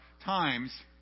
times